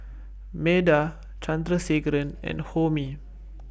Medha Chandrasekaran and Homi